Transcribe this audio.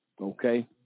Okay